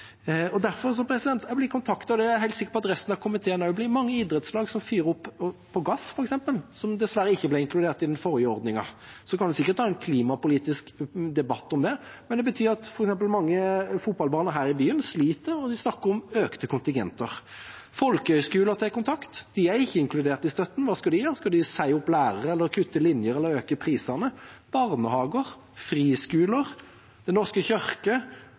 Jeg blir kontaktet – det er jeg helt sikker på at resten av komiteen også blir – av mange idrettslag som f.eks. fyrer opp på gass, og dessverre ikke ble inkludert i den forrige ordningen. Man kan sikkert ta en klimapolitisk debatt om det, men det betyr at f.eks. mange fotballbaner her i byen sliter, og de snakker om økte kontingenter. Folkehøgskoler tar kontakt. De er ikke inkludert i støtten. Hva skal de gjøre, skal de si opp lærere, kutte linjer eller øke prisene? Barnehager, friskoler, Den norske kirke,